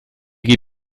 geht